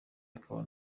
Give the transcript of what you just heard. akaba